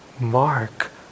mark